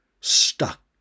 stuck